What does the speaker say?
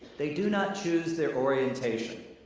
they do not choose their orientation.